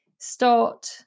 start